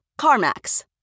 Carmax